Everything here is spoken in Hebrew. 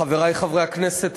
חברי חברי הכנסת,